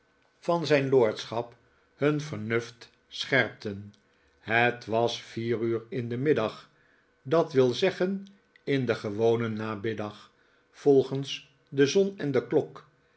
van zijn lordschap hun vernuft scherpten het was vier uur in den middag dat wil zeggen in den gewonen namiddag volgens de zon en de klok